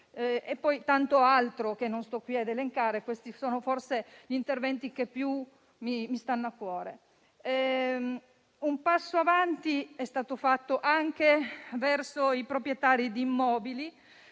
altri interventi che non sto qui ad elencare. Questi, forse, sono gli interventi che più mi stanno a cuore. Un passo avanti è stato fatto anche verso i proprietari di immobili